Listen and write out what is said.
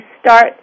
start